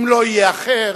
אם לא יהיה אחר,